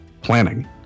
planning